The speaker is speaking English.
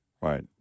right